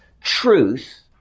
truth